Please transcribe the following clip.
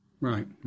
Right